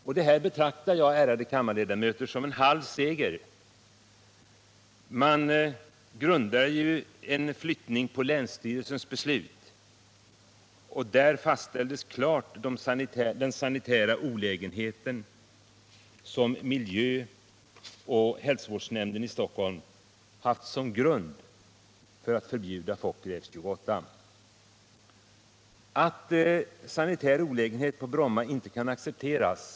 Ärade kammarledamöter, detta betraktar jag som en halv seger. Man grundar en flyttning på länsstyrelsens beslut. Där fastställdes klart den sanitära olägenheten som miljöoch hälsovårdsnämnden i Stockholm haft som grund vid förbudet för Fokker F-28. Det är således en självklar utgångspunkt att sanitär olägenhet på Bromma inte kan accepteras.